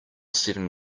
seven